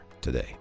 today